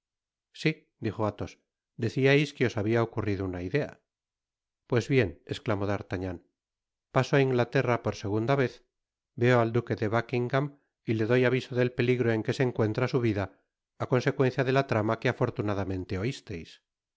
si dijo athos deciais que os habia ocurrido una idea pues bien i esclamó d'artagnan paso á inglaterra por segunda vez veo al duque de buckingam y le doy aviso del peligro en que se encuentra su vida á consecuencia de la trama que afortunadamente oisteis no